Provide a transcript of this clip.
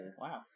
Wow